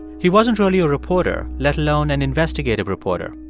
he wasn't really a reporter, let alone an investigative reporter.